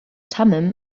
thummim